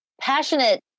passionate